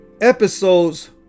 Episodes